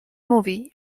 mówi